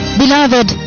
beloved